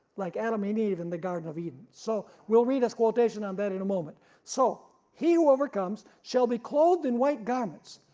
like adam and eve in the garden of eden. we so will read a quotation on that in a moment. so he who overcomes shall be clothed in white garments,